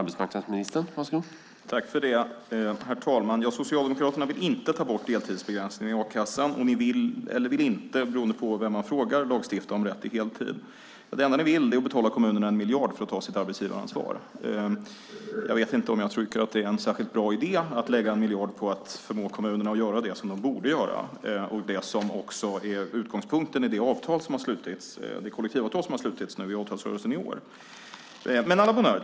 Herr talman! Socialdemokraterna vill inte ta bort deltidsbegränsningen i a-kassan, och ni vill eller vill inte, beroende på vem man frågar, lagstifta om rätt till heltid. Det enda ni vill är att betala kommunerna 1 miljard för att de ska ta sitt arbetsgivaransvar. Jag vet inte om jag tycker att det är en särskilt bra idé att lägga 1 miljard på att förmå kommunerna att göra det som de borde göra och som också är utgångspunkten i det kollektivavtal som har slutits i avtalsrörelsen i år. Men à la bonne heure!